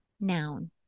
noun